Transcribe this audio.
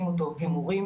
שמנשמע מיוזם הדיון,